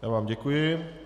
Já vám děkuji.